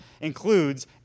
includes